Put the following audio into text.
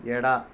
ಎಡ